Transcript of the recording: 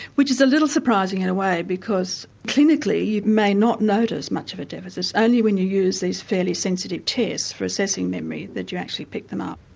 which is a little surprising in a way because clinically you may not notice much of a deficit, it's only when you use these fairly sensitive tests for assessing memory that you actually pick them up.